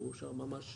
הוא אושר ממש,